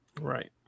Right